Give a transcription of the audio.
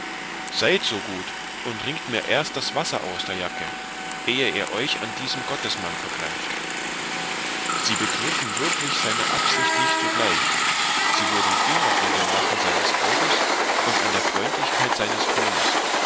seid so gut und ringt erst mir das wasser aus der jacke ehe ihr euch an diesem gottesmann vergreift sie begriffen wirklich seine absicht nicht sogleich sie wurden irre an dem lachen seines auges und an der freundlichkeit seines tones